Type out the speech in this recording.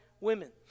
women